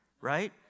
Right